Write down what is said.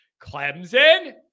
Clemson